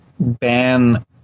Ban